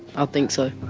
i think so.